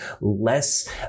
less